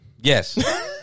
Yes